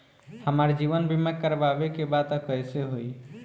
हमार जीवन बीमा करवावे के बा त कैसे होई?